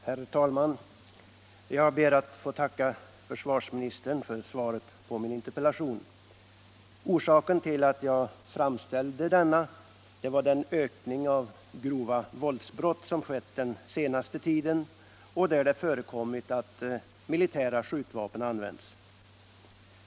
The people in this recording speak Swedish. Herr talman! Jag ber att få tacka försvarsministern för svaret på min interpellation. Orsaken till att jag framställde denna var den ökning av grova våldsbrott som skett den senaste tiden och där det förekommit att militära skjutvapen använts.